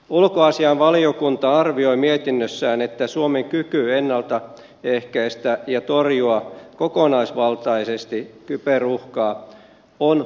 ulkoasiainvaliokunta arvioi mietinnössään että suomen kyky ennalta ehkäistä ja torjua kokonaisvaltaisesti kyberuhkaa on puutteellinen